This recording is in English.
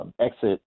exit